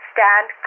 Stand